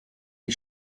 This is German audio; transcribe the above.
die